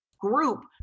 group